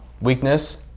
weakness